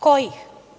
Kojih?